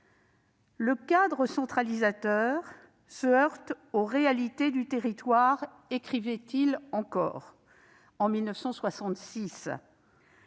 « Le cadre centralisateur se heurte aux réalités du territoire », écrivait-il encore en 1966.